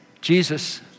Jesus